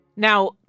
Now